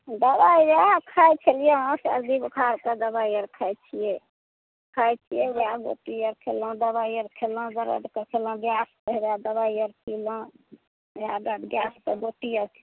दबाई वएह खाइ छलियै हँ सर्दी खांसी के दबाई आर खाइ छियै खाइ छियै वएह गोटी आर खेलहुॅं दबाई आर खेलहुॅं दरद के खेलहुॅं गैस के दबाई आर पीलहुॅं वएह गैस के गोटी आर